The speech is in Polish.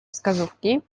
wskazówki